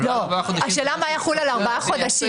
השאלה מה יחול על ארבעה חודשים.